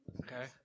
Okay